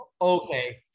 okay